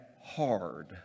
hard